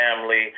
family